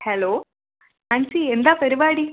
hello Ancy എന്താ പരിപാടി